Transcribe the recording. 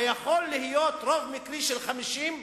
האם יכול להיות רוב מקרי של 50?